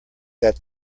that